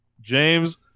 James